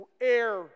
air